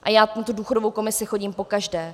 A já na důchodovou komisi chodím pokaždé.